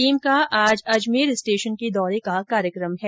team का आज Ajmer station के दौरे का कार्यक्रम है